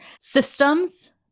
systems